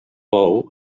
bou